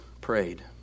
prayed